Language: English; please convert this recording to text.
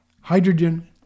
hydrogen